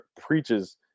preaches